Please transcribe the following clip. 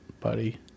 buddy